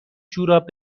جوراب